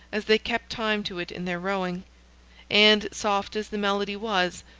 as they kept time to it in their rowing and, soft as the melody was,